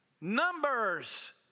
Numbers